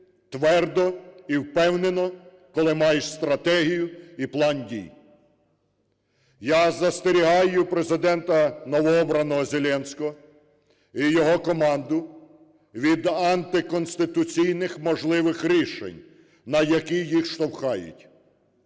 твердо і впевнено, коли маєш стратегію і план дій. Я застерігаю Президента новообраного Зеленського і його команду від антиконституційних можливих рішень, на які їх штовхають.